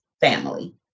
family